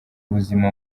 ubuzima